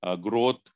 growth